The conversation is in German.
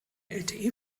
lte